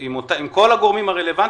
עם כל הגורמים הרלוונטיים,